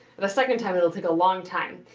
the second time it'll take a long time.